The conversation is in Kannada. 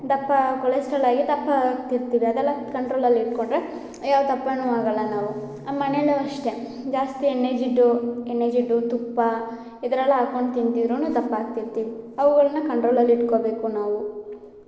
ದಪ್ಪ ಕೊಲೆಸ್ಟ್ರಲಾಗಿ ದಪ್ಪ ಆಗ್ತಿರ್ತೀವಿ ಅದೆಲ್ಲ ಕಂಟ್ರೋಲಲ್ಲಿ ಇಟ್ಕೊಂಡ್ರೆ ಯಾವ್ ದಪ್ಪನು ಆಗಲ್ಲ ನಾವು ಮನೇಲು ಅಷ್ಟೆ ಜಾಸ್ತಿ ಎಣ್ಣೆ ಜಿಡ್ಡು ಎಣ್ಣೆ ಜಿಡ್ಡು ತುಪ್ಪ ಈ ಥರ ಎಲ್ಲ ಹಾಕೊಂಡು ತಿಂತಿದ್ದರೂ ದಪ್ಪ ಆಗ್ತಿರ್ತೀವಿ ಅವುಗಳನ್ನ ಕಂಟ್ರೋಲಲ್ಲಿ ಇಟ್ಕೊಬೇಕು ನಾವು